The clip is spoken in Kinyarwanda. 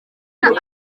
ubu